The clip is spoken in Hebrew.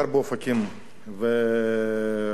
ושר האוצר,